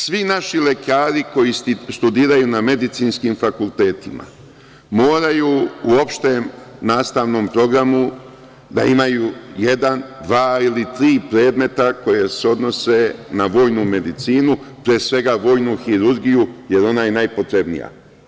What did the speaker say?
Svi naši lekari koji studiraju na medicinskim fakultetima moraju u opštem nastavnom programu da imaju jedan, dva ili tri predmeta koja se odnose na vojnu medicinu, pre svega vojnu hirurgiju, jer ona je najpotrebnija.